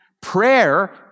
prayer